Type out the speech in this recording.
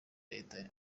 leta